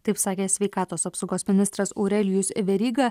taip sakė sveikatos apsaugos ministras aurelijus veryga